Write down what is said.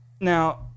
now